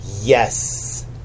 Yes